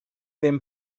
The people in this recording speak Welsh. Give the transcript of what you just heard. ddim